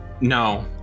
No